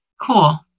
Cool